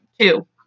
Two